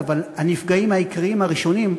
אבל הנפגעים העיקריים הראשונים,